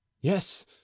yes